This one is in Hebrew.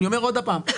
אני אומר עוד פעם,